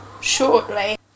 shortly